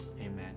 amen